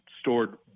stored